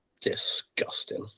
disgusting